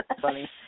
funny